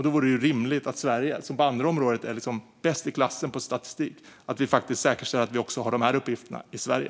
Då är det rimligt om Sverige, som på andra områden är bäst i klassen på statistik, säkerställer att vi har de här uppgifterna i Sverige.